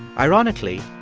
ironically,